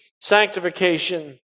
sanctification